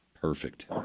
Perfect